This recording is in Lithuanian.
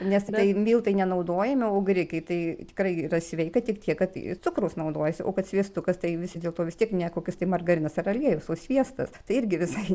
nes tai miltai nenaudojami o graikiai tai tikrai yra sveika tik tiek kad cukraus naudojasi o kad sviestukas tai vis dėlto vis tiek ne kokis tai margarinas ar aliejus o sviestas tai irgi visai